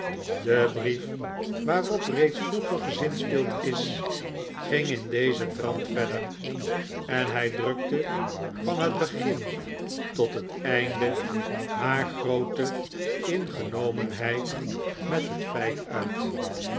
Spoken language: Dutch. de brief waarop reeds vroeger gezinspeeld is ging in dezen trant verder en hij drukte van het begin tot het einde haar groote ingenomenheid met het feit uit